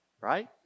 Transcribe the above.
right